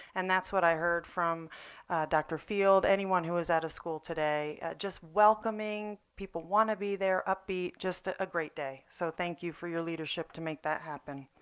and that's what i heard from dr. field, anyone who is at a school today just welcoming, people want to be there, upbeat, just a great day. so thank you for your leadership to make that happen.